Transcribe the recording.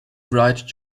write